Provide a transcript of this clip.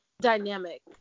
dynamic